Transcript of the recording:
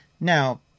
Now